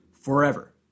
forever